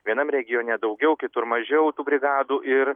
vienam regione daugiau kitur mažiau tų brigadų ir